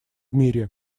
мире